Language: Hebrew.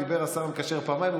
דיבר השר המקשר פעמיים,